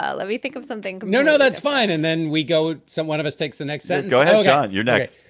ah let me think of something no, no, that's fine, and then we go. someone of us takes the next set. go ahead. and you're next.